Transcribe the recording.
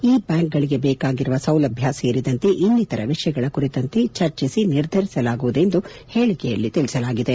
ಈ ಬ್ಲಾಂಕ್ಗಳಿಗೆ ಬೇಕಾಗಿರುವ ಸೌಲಭ್ಞ ಸೇರಿದಂತೆ ಇನ್ನಿತರ ವಿಷಯಗಳ ಕುರಿತಂತೆ ಚರ್ಚಿಸಿ ನಿರ್ಧರಿಸಲಾಗುವುದು ಎಂದು ಹೇಳಿಕೆಯಲ್ಲಿ ತಿಳಿಸಲಾಗಿದೆ